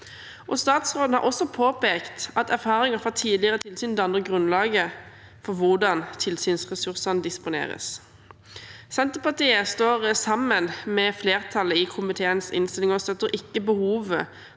Statsråden har også påpekt at erfaringer fra tidligere tilsyn danner grunnlaget for hvordan tilsynsressursene disponeres. Senterpartiet står sammen med flertallet i komiteens innstilling og støtter ikke behovet